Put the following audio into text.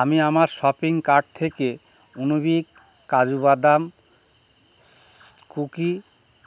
আমি আমার shopping cart থেকে উনিবিক কাজু বাদাম কুকি